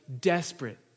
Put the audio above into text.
desperate